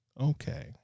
Okay